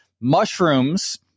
Mushrooms